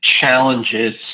challenges